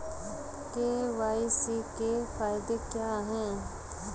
KYC के फायदे क्या है?